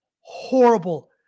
horrible